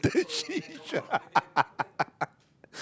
at the sea shore